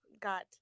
got